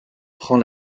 prend